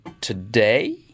today